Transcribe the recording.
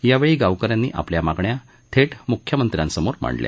यावेळी गावक यांनी आपल्या मागण्या थे मुख्यमंत्र्यांसमोर मांडल्या